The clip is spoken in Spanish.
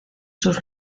sus